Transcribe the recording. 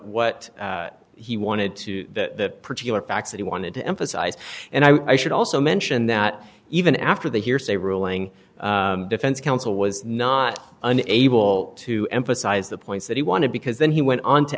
what what he wanted to that particular facts that he wanted to emphasize and i should also mention that even after the hearsay rule lang defense counsel was not an able to emphasize the points that he wanted because then he went on to